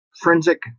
forensic